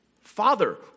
Father